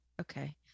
Okay